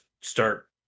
start